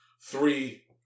three